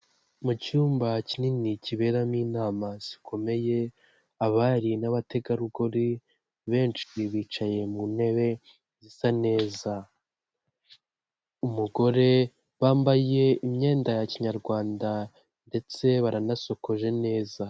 Mu cyumba kinini kiberamo inama zikomeye, abari n'abategarugori benshi bicaye mu ntebe zisa neza. Umugore, bambaye imyenda ya kinyarwanda ndetse baranasokoje neza.